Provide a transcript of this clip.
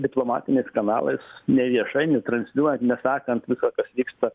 diplomatiniais kanalais neviešai netransliuojant nesakant visa kas vyksta